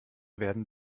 werden